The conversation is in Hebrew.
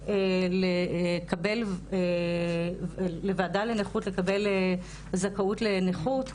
אישה, לוועדה לנכות לקבל זכאות לנכות,